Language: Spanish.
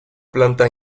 planta